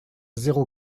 zéro